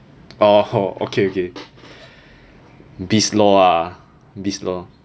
(uh huh) okay okay biz law ah biz law